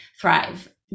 thrive